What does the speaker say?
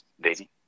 Daisy